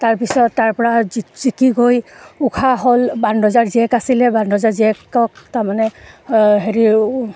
তাৰপিছত তাৰপৰা জি জিকি গৈ ঊষা হ'ল বাণ ৰজাৰ জীয়েক আছিলে বাণ ৰজা জীয়েকক তাৰমানে হেৰি